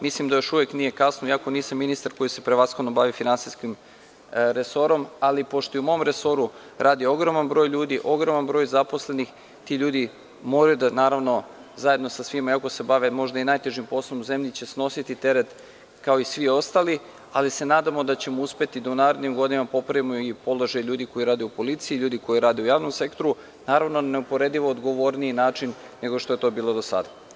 Mislim da još uvek nije kasno, iako nisam ministar koji se prevashodno bavi finansijskim resorom, ali pošto i u mom resoru radi ogroman broj ljudi, ogroman broj zaposlenih, ti ljudi moraju da, naravno, zajedno sa svima, iako se bave možda sa najtežim poslovima u zemlji, će snositi teret kao i svi ostali, ali se nadamo da ćemo uspeti da u narednim godinama popravimo i položaj ljudi koji rade u policiji i ljudi koji rade u javnom sektoru, naravno na neuporedivo odgovorniji način nego što je to bilo do sada.